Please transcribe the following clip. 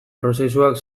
prozesuak